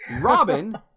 Robin